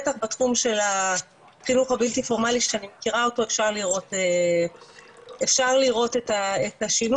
בטח בתחום הבלתי פורמאלי שאני מכירה אותו אפשר לראות את השינוי,